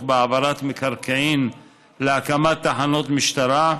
בהעברת מקרקעין להקמת תחנות משטרה,